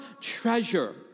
treasure